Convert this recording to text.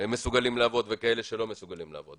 שמסוגלים לעבוד וכאלה שלא מסוגלים לעבוד.